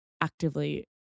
actively